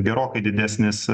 gerokai didesnis